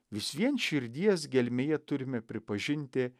vis vien širdies gelmėje turime pripažinti